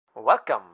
Welcome